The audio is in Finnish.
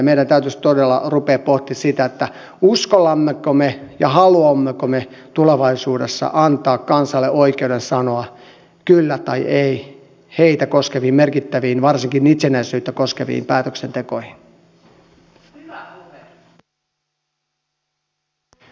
meidän täytyisi todella ruveta pohtimaan sitä uskallammeko me ja haluammeko me tulevaisuudessa antaa kansalle oikeuden sanoa kyllä tai ei heitä koskeviin merkittäviin varsinkin itsenäisyyttä koskeviin päätöksentekoihin